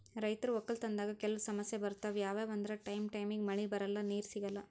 ರೈತರ್ ವಕ್ಕಲತನ್ದಾಗ್ ಕೆಲವ್ ಸಮಸ್ಯ ಬರ್ತವ್ ಯಾವ್ಯಾವ್ ಅಂದ್ರ ಟೈಮ್ ಟೈಮಿಗ್ ಮಳಿ ಬರಲ್ಲಾ ನೀರ್ ಸಿಗಲ್ಲಾ